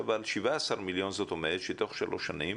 על 17,000,000 זאת אומרת שתוך שלוש שנים